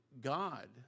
God